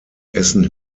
essen